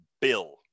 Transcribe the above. bill